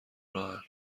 راهن